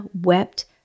wept